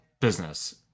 business